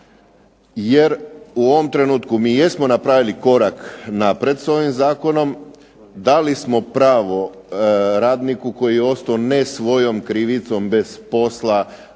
jer u ovom trenutku mi jesmo napravili korak naprijed s ovim zakonom, dali smo pravo radniku koji je ostao ne svojom krivicom bez posla da